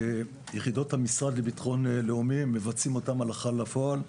יחידות המשרד לביטחון לאומי מבצעות אותן הלכה לפועל.